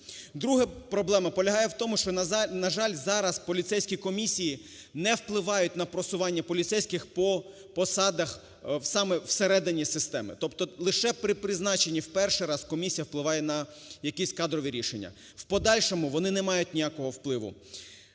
Друга проблема полягає в тому, що, на жаль, зараз поліцейські комісії не впливають на просування поліцейських по посадах саме всередині системи. Тобто лише при призначенні в перший раз комісія впливає на якісь кадрові рішення, в подальшому вони не мають ніякого впливу.